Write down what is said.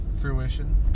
Fruition